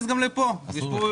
בזמן